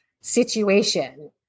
situation